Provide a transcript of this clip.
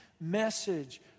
message